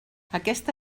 aquesta